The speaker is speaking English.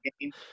game